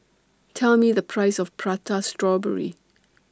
Tell Me The Price of Prata Strawberry